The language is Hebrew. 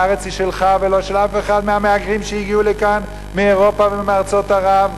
הארץ היא שלך ולא של אף אחד מהמהגרים שהגיעו לכאן מאירופה ומארצות ערב.